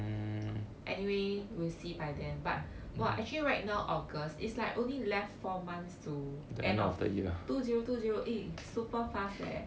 anyway we'll see by then but !wah! actually right now august is like only left four months to the end of the year two zero two zero eh super fast leh